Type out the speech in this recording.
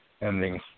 Ending